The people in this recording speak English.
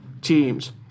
teams